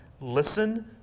listen